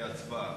להצבעה.